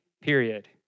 period